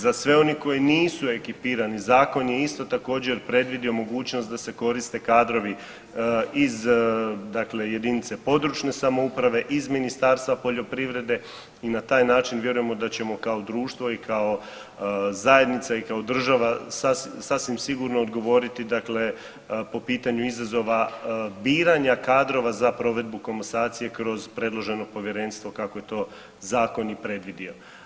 Za sve oni koji nisu ekipirani zakon je isto također predvidio mogućnost da se koriste kadrovi iz dakle jedinice područne samouprave, iz Ministarstva poljoprivrede i na taj način vjerujemo da ćemo kao društvo i kao zajednica i kao država sasvim sigurno odgovoriti dakle po pitanju izazova biranja kadrova za provedbu komasacije kroz predloženo povjerenstvo kako je to zakon i predvidio.